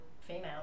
female